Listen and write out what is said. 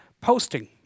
posting